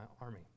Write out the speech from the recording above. army